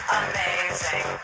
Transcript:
amazing